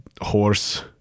horse